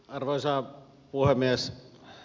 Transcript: arvoisa puhemies